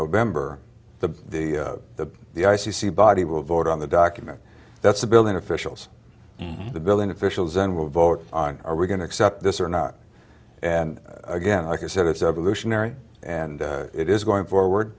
november the the the the i c c body will vote on the document that's the building officials the building officials and will vote on are we going to accept this or not and again like i said it's evolutionary and it is going forward